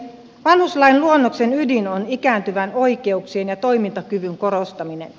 vanhuslain luonnoksen ydin on ikääntyvän oikeuksien ja toimintakyvyn korostaminen